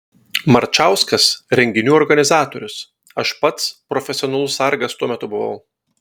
marčauskas renginių organizatorius aš pats profesionalus sargas tuo metu buvau